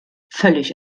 völlig